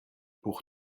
pour